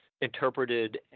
interpreted